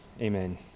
Amen